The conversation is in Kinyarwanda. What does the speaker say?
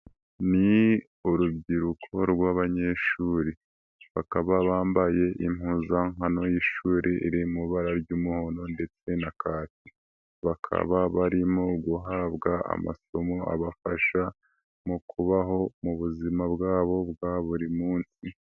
Ni urubyiruko rw'abanyeshuri bakaba bambaye impuzankano y'ishuri iri mu ibara ry'umuhondo ndetse na kaki, bakaba barimo guhabwa amasomo abafasha mu kubaho mu buzima bwabo bwa buri munsi.